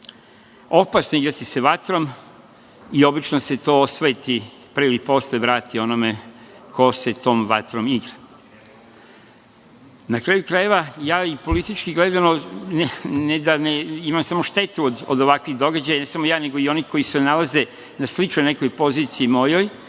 je igrati se vatrom i obično se to osveti i pre ili posle vrati onome ko se tom vatrom igra. Na kraju krajeva, političko gledano, ja imam samo štetu od ovakvih događaja, i ne samo ja, nego i oni koji se nalaze na sličnoj nekoj poziciji mojoj,